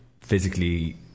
physically